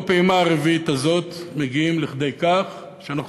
בפעימה הרביעית הזאת מגיעים לכדי כך שאנחנו